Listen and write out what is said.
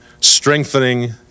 strengthening